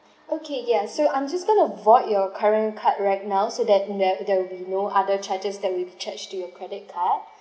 okay yes so I'm just going to void your current card right now so that nev~ there will be no other charges that will charged to your credit card